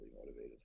motivated